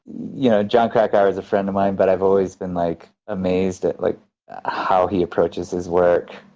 yeah john krakauer is a friend of mine but i've always been like amazed at like how he approaches his work.